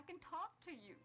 i can talk to you